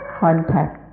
contact